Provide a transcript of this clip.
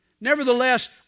Nevertheless